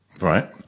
Right